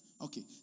Okay